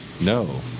No